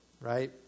Right